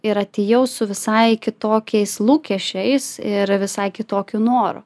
ir atėjau su visai kitokiais lūkesčiais ir visai kitokiu noru